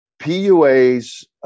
PUA's